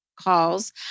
calls